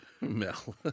Mel